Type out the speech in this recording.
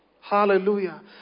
Hallelujah